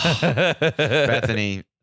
Bethany